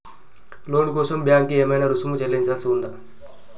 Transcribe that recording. లోను కోసం బ్యాంక్ కి ఏమైనా రుసుము చెల్లించాల్సి ఉందా?